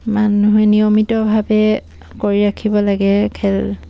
মানুহে নিয়মিতভাৱে কৰি ৰাখিব লাগে খেল